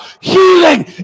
healing